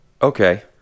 Okay